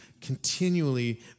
continually